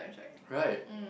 right